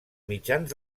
mitjans